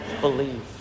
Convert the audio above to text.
believe